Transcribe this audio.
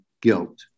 guilt